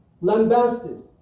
lambasted